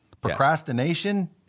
Procrastination